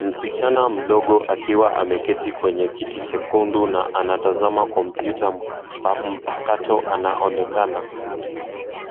Msichana mdogo akiwa ameketi kwenye kiti chekundu na anatazama kompyuta mpakato anaonekana.